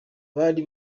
bari